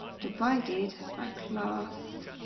divided by class